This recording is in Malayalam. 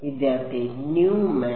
വിദ്യാർത്ഥി ന്യൂമാൻ